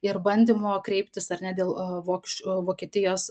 ir bandymo kreiptis ar ne dėl vokš vokietijos